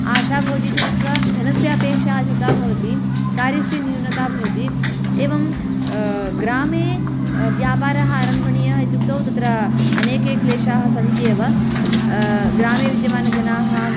आशा भवतीति कृत्वा धनस्य अपेक्षा अधिका भवति कार्यस्य न्यूनता भवति एवं ग्रामे व्यापारः आरम्भणीयः इत्यक्तौ तत्र अनेके क्लेशाः सन्त्येव ग्रामे विद्यमानजनाः